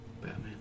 Batman